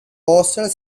postal